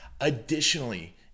Additionally